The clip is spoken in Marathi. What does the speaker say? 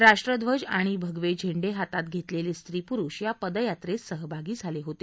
राष्ट्रध्वज आणि भगवे झेंडे हातात घेतलेले स्त्री पुरुष या पदयात्रेत सहभागी झाले होते